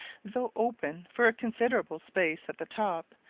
though open for a considerable space at the top,